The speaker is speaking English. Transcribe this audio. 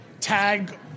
tag